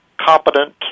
competent